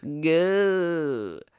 go